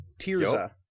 Tirza